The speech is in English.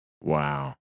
Wow